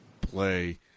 play